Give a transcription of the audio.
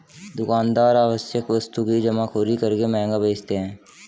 दुकानदार आवश्यक वस्तु की जमाखोरी करके महंगा बेचते है